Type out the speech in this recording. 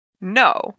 No